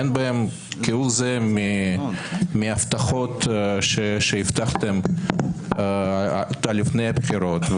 אין בהם כהוא זה מההבטחות שהבטחתם לפני הבחירות.